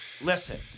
listen